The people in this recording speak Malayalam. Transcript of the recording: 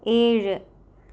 ഏഴ്